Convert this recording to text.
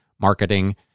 marketing